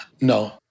no